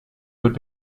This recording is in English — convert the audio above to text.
would